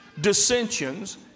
dissensions